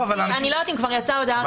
אני לא יודעת אם כבר יצאה הודעה רשמית,